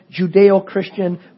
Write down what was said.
Judeo-Christian